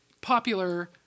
popular